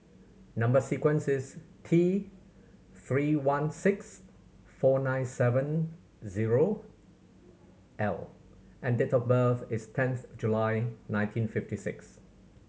number sequence is T Three one six four nine seven zero L and date of birth is tenth July nineteen fifty six